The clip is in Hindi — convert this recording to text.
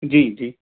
जी जी